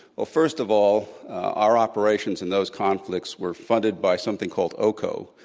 well, first of all, our operations in those conflicts were funded by something called ocob,